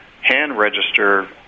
hand-register